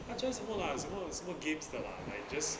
他 join 什么 lah 有什么什么 games 的吧 !aiyo! like just